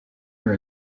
her